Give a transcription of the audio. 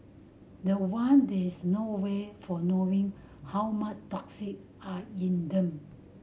the one there is no way for knowing how much toxin are in them